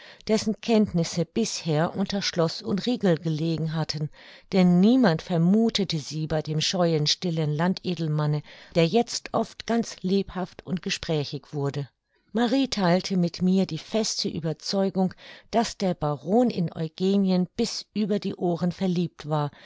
dessen kenntnisse bisher unter schloß und riegel gelegen hatten denn niemand vermuthete sie bei dem scheuen stillen landedelmanne der jetzt oft ganz lebhaft und gesprächig wurde marie theilte mit mir die feste ueberzeugung daß der baron in eugenien bis über die ohren verliebt war